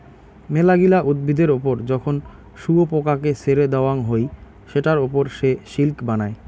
মেলাগিলা উদ্ভিদের ওপর যখন শুয়োপোকাকে ছেড়ে দেওয়াঙ হই সেটার ওপর সে সিল্ক বানায়